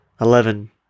eleven